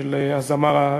של הזמר,